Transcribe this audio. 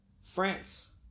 France